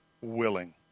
willing